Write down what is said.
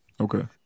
Okay